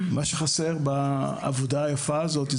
מה שחסר בעבודה היפה הזו היא,